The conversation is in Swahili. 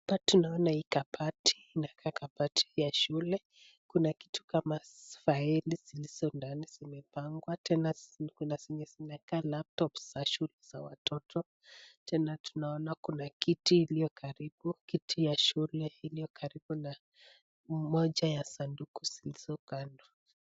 Hapa tunaona hii kabati, inakaa kabati ya shule. Kuna kitu kama faili zilizo ndani zimepangwa, tena kuna zenye zinakaa laptop za shule za watoto, tena tunaona kuna kiti iliyo karibu, kiti ya shule iliyo karibu na moja ya sanduku zilizo kando.